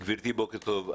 גבירתי בוקר טוב,